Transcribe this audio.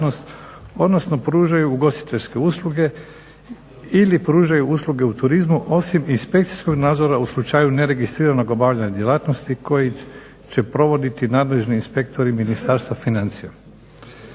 odnosno pružaju ugostiteljske usluge ili pružaju usluge u turizmu osim inspekcijskog nadzora u slučaju neregistriranog obavljanja djelatnosti koji će provoditi nadležni inspektori Ministarstva financija.